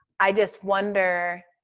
i just wonder